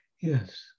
Yes